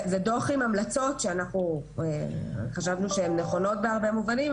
זה דוח עם המלצות שאנחנו חשבנו שהם נכונות בהרבה מובנים,